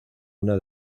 una